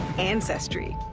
ancestry.